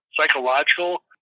psychological